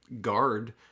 guard